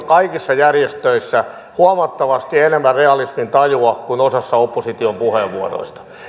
kaikissa järjestöissä on osoitettu huomattavasti enemmän realismin tajua kuin osassa opposition puheenvuoroista eli